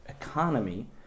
economy